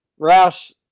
Roush